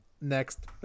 next